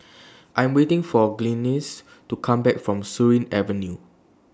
I'm waiting For Glynis to Come Back from Surin Avenue